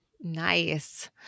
Nice